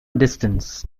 distance